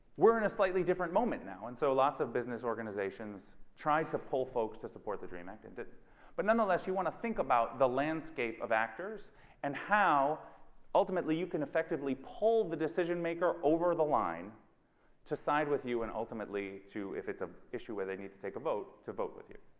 we're in a slightly different moment now and so lots of business organizations try to pull folks to support the dream act in the but nonetheless you want to think about the landscape of actors and how ultimately you can effectively pull the decision maker over the line to side with you and ultimately to if it's an ah issue where they need to take a vote to vote with you